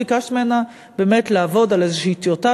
ביקשתי ממנה באמת לעבוד על איזו טיוטה